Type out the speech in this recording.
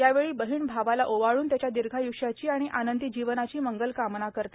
यावेळी बहीण भावाला ओवाळून त्याच्या दीर्घाय्ष्याची आणि आनंदी जीवनाची मंगल कामना करते